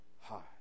high